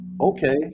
okay